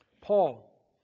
Paul